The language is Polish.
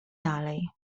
dalej